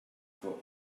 for